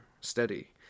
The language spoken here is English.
steady